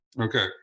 Okay